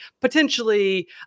potentially